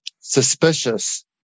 suspicious